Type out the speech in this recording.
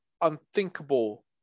unthinkable